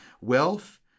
Wealth